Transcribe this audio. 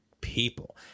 people